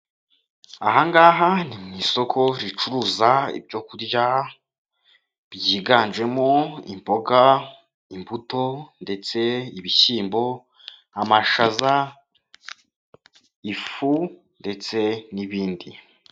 Aha ngaha ni mu isoko ricuruza ibyo kurya byiganjemo imboga, imbuto ndetse ibishyimbo, amashaza, ifu ndetse n'ibindi.